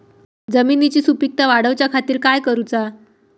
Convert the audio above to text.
जमिनीची सुपीकता वाढवच्या खातीर काय करूचा?